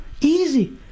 easy